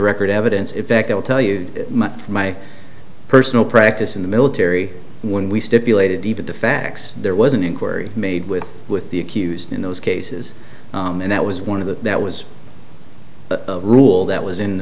record evidence in fact i'll tell you from my personal practice in the military when we stipulated even the facts there was an inquiry made with with the accused in those cases and that was one of the that was the rule that was in the